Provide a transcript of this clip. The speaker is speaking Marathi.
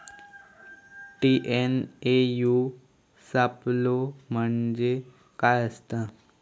टी.एन.ए.यू सापलो म्हणजे काय असतां?